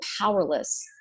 powerless